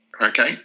Okay